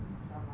drama